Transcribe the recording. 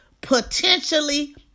potentially